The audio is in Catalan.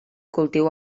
cultiu